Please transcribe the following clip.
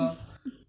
你就